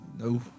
No